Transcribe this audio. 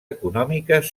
econòmiques